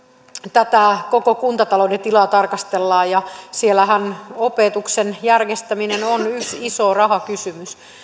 tätä koko kuntatalouden tilaa tarkastellaan ja siellähän opetuksen järjestäminen on yksi iso rahakysymys niin